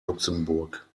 luxemburg